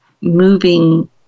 moving